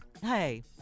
Hey